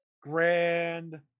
Grand